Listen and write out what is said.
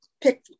pick